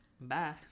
Bye